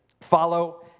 Follow